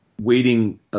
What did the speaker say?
waiting